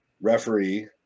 referee